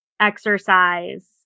Exercise